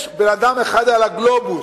יש בן-אדם אחד על הגלובוס,